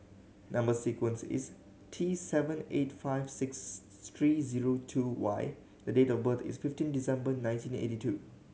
number sequence is T seven eight five six three zero two Y the date of birth is fifteen December nineteen eighty two